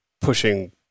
pushing